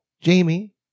Jamie